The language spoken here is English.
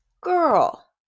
Girl